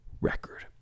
record